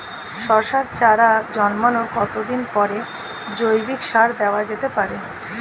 শশার চারা জন্মানোর কতদিন পরে জৈবিক সার দেওয়া যেতে পারে?